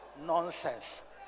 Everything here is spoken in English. nonsense